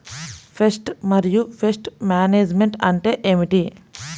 Pest మరియు pest management అంటే ఏమిటి?